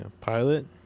Pilot